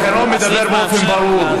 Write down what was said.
התקנון מדבר באופן ברור,